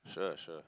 sure sure